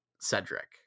cedric